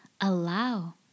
allow